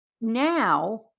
Now